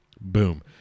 Boom